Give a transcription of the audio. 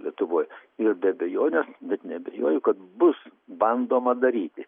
lietuvoj ir be abejonės net neabejoju kad bus bandoma daryti